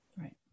Right